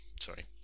sorry